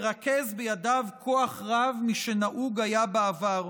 מרכז בידיו כוח רב משנהוג היה בעבר,